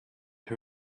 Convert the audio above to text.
her